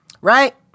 Right